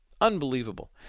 Unbelievable